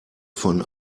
von